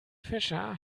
fischer